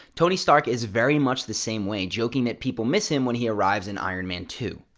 tony stark is very much the same way, joking that people miss him when he arrives in iron man two.